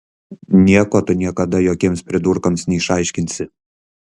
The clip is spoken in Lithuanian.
nieko tu niekada jokiems pridurkams neišaiškinsi